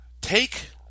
take